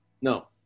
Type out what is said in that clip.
No